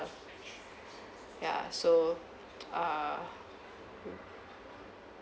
yeah so err mm